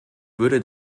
würde